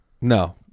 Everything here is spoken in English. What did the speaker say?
No